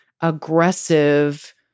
aggressive